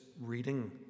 reading